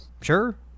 sure